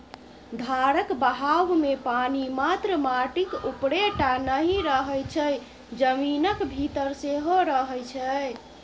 धारक बहावमे पानि मात्र माटिक उपरे टा नहि रहय छै जमीनक भीतर सेहो रहय छै